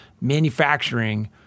manufacturing